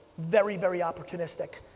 very, very opportunistic.